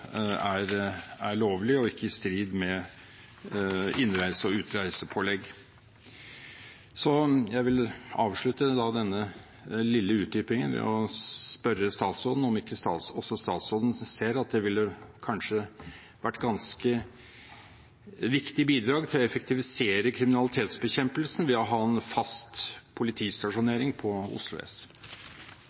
er lovlig, og ikke i strid med innreise- og utreisepålegg. Jeg vil avslutte denne lille utdypingen med å spørre statsråden om ikke også statsråden ser at det kanskje ville vært et ganske viktig bidrag til å effektivisere kriminalitetsbekjempelsen å ha en fast politistasjonering på Oslo